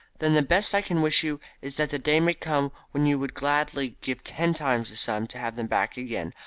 then the best i can wish you is that the day may come when you would gladly give ten times the sum to have them back again.